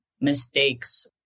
mistakes